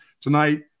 tonight